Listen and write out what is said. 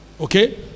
okay